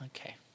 Okay